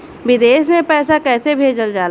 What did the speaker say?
विदेश में पैसा कैसे भेजल जाला?